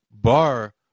bar